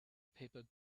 paper